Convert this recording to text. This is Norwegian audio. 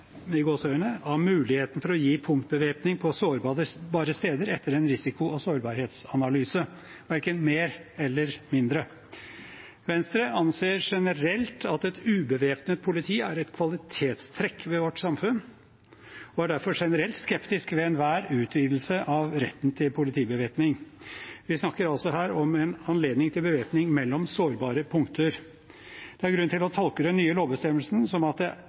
muligheten for å gi punktbevæpning på sårbare steder etter risiko- og sårbarhetsanalyser» – verken mer eller mindre. Venstre anser generelt at et ubevæpnet politi er et kvalitetstrekk ved vårt samfunn og er derfor generelt skeptisk ved enhver utvidelse av retten til politibevæpning. Vi snakker altså her om en anledning til bevæpning mellom sårbare punkter. Det er grunn til å tolke den nye lovbestemmelsen som at det